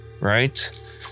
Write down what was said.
right